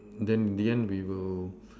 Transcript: then the end we will